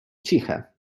ciche